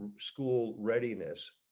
school readiness.